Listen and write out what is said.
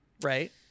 Right